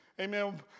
Amen